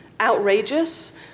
outrageous